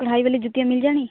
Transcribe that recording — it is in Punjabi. ਕਢਾਈ ਵਾਲੀ ਜੁੱਤੀਆਂ ਮਿਲ ਜਾਣੀ